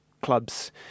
clubs